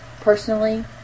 personally